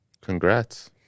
Congrats